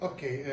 Okay